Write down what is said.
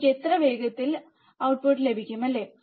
എനിക്ക് എത്ര വേഗത്തിൽ ഔട്ട്പുട്ട് ലഭിക്കും അല്ലേ